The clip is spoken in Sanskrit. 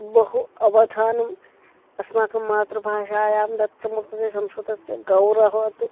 बहु अवधानम् अस्माकं मातृभाषायां दत्तं वर्तते संस्कृतस्य गौरवः तु